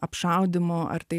apšaudymų ar tai